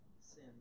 sin